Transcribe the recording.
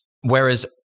Whereas